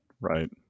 right